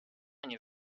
nie